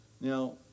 now